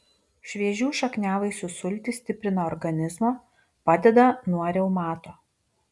šviežių šakniavaisių sultys stiprina organizmą padeda nuo reumato